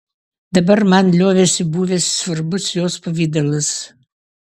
dabar man liovėsi buvęs svarbus jos pavidalas